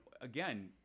again